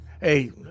Hey